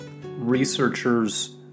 researchers